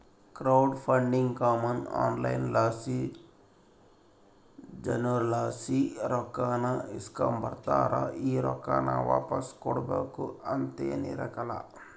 crowd funding common ಆಗಿ online ಲಾಸಿ ಜನುರ್ಲಾಸಿ ರೊಕ್ಕಾನ ಇಸ್ಕಂಬತಾರ, ಈ ರೊಕ್ಕಾನ ವಾಪಾಸ್ ಕೊಡ್ಬಕು ಅಂತೇನಿರಕ್ಲಲ್ಲ